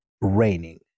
raining